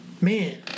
Man